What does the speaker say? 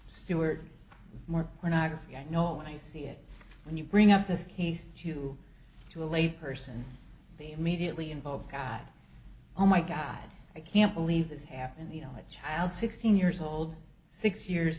stewart more or not a few i know when i see it when you bring up this case to to a lay person they immediately invoke god oh my god i can't believe this happened you know that child sixteen years old six years